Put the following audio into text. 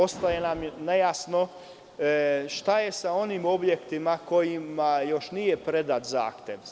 Ostaje nam nejasno šta je sa onim objektima za koje još nije predat zahtev?